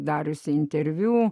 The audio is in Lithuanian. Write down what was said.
dariusi interviu